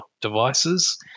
devices